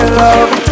love